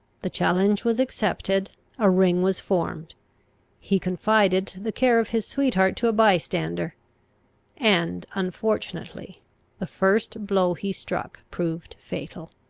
the challenge was accepted a ring was formed he confided the care of his sweetheart to a bystander and unfortunately the first blow he struck proved fatal.